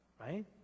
Right